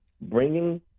bringing